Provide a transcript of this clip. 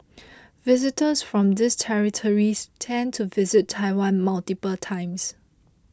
visitors from these territories tend to visit Taiwan multiple times